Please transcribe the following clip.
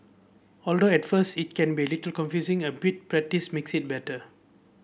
although at first it can be a little confusing a bit practice makes it better